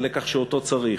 הלקח שאותו צריך,